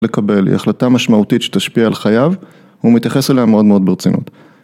לקבל יחלטה משמעותית שתשפיע על חייו ומתייחס אליה מאוד מאוד ברצינות